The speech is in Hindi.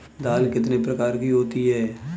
दाल कितने प्रकार की होती है?